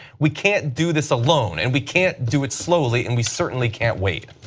we cannot do this alone and we cannot do it slowly and we certainly cannot wait.